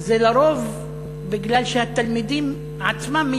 זה לרוב מפני שהתלמידים עצמם,